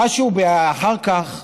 חשו אחר כך